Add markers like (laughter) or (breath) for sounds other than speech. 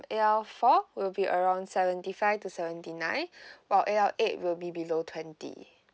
a l four will be around seventy five to seventy nine (breath) while a l eight will be below twenty